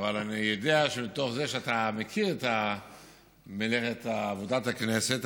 אבל אני יודע שמתוך זה שאתה מכיר את עבודת הכנסת,